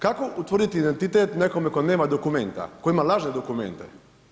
Kako utvrditi identitet nekome tko nema dokumenta, tko ima lažne dokumente?